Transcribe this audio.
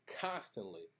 constantly